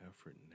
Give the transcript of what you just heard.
effort